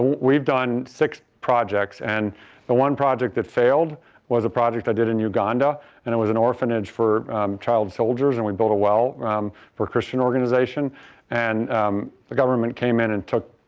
we've done six projects and the one project that failed was a project i did in uganda and it was an orphanage for child soldiers and we built a well for a christian organization and the government came in and took,